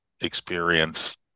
experience